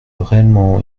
réellement